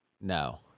No